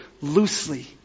loosely